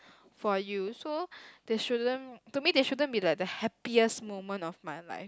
for you so there shouldn't to me there shouldn't be like the happiest moment of my life